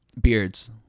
beards